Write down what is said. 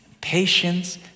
patience